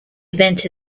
event